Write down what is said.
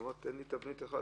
אתה אומר: תן לי תבנית אחת,